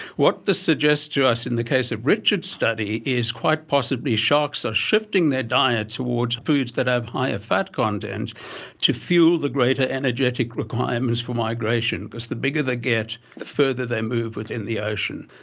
what this suggests to us in the case of richard's study is quite possibly sharks are shifting their diets towards foods that have higher fat content to fuel the greater energetic requirements for migration, because the bigger they get, the further they move within the ocean.